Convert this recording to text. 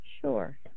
Sure